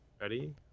Ready